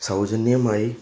സൗജന്യമായി